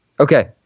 Okay